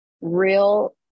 real